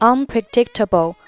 Unpredictable